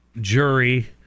jury